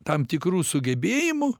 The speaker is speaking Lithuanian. tam tikrų sugebėjimų